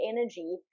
energy